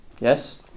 Yes